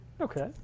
Okay